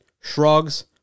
shrugs